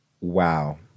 Wow